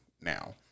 now